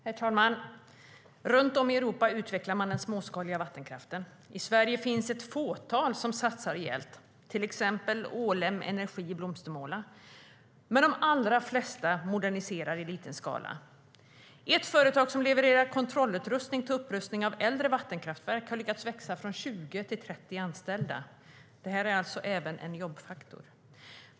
Herr talman! Runt om i Europa utvecklar man den småskaliga vattenkraften. I Sverige finns ett fåtal som satsar rejält, till exempel Ålem Energi i Blomstermåla, men de allra flesta moderniserar i liten skala. Ett företag som levererar kontrollutrustning till upprustning av äldre vattenkraftverk har lyckats växa från 20 till 30 anställda. Detta är alltså även en jobbfaktor.